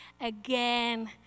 again